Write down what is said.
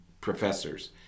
professors